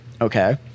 Okay